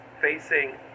facing